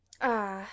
Ah